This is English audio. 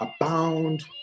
abound